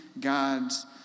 God's